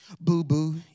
boo-boo